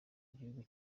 igihugu